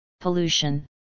Pollution